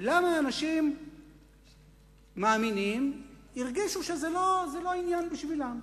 למה אנשים מאמינים הרגישו שזה לא עניין בשבילם?